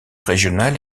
régional